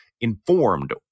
informed